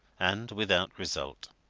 and without result.